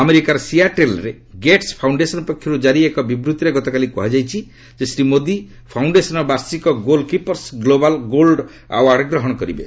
ଆମେରିକାର ସିଆଟେଲ୍ରେ Gates foundation ପକ୍ଷରୁ ଜାରି ଏକ ବିବୃତ୍ତିରେ ଗତକାଲି କୁହାଯାଇଛି ଯେ ଶ୍ରୀ ମୋଦୀ ଫାଉଣ୍ଡେସନ୍ର ବାର୍ଷିକ ଗୋଲ୍କିପରସ୍ ଗ୍ଲୋବାଲ୍ ଗୋଲ୍ସ ଆୱାର୍ଡ୍ ଗ୍ରହଣ କରିବେ